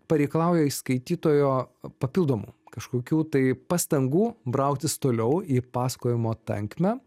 pareikalauja iš skaitytojo papildomų kažkokių tai pastangų brautis toliau į pasakojimo tankmę